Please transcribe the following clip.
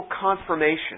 confirmation